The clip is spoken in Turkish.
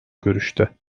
görüşte